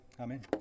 Amen